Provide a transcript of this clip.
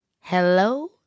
Hello